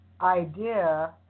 idea